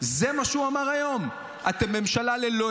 אם אתה רוצה.